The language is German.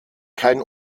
kein